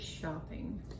shopping